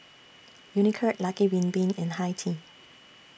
Unicurd Lucky Bin Bin and Hi Tea